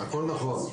הכול נכון.